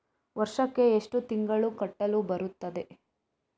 ವರ್ಷಕ್ಕೆ ಎಷ್ಟು ತಿಂಗಳು ಕಟ್ಟಲು ಬರುತ್ತದೆ?